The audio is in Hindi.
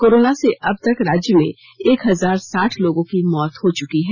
कोरोना से अब तक राज्य में एक हजार साठ लोगों की मौत हो चुकी है